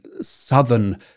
Southern